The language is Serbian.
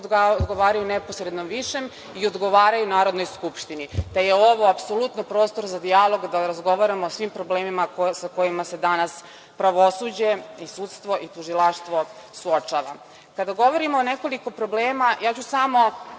odgovaraju neposrednom višem i odgovaraju Narodnoj skupštini. Da je ovo apsolutno prostor za dijalog da razgovaramo o svim problemima sa kojima se danas pravosuđe i sudstvo i tužilaštvo suočava. Kada govorimo o nekoliko problema, ja ću samo